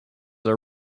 are